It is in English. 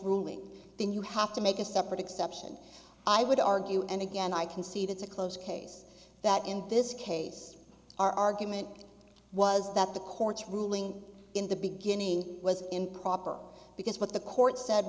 ruling then you have to make a separate exception i would argue and again i can see that's a close case that in this case our argument was that the court's ruling in the beginning was improper because what the court said